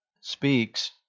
speaks